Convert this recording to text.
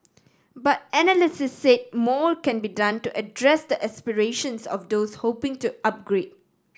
but analysts said more can be done to address the aspirations of those hoping to upgrade